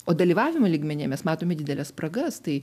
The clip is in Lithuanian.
o dalyvavimo lygmenyje mes matome dideles spragas tai